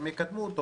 הם יקדמו אותו,